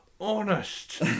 honest